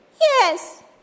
Yes